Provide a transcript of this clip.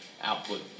output